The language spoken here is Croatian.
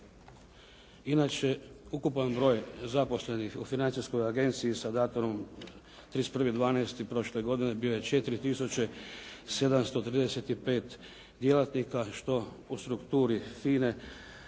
Inače ukupan broj zaposlenih u Financijskoj agenciji sa datumom 31.12. prošle godine, bio je 4735 djelatnika što u strukturi